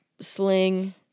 sling